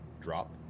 drop